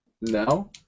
No